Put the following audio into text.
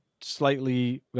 slightly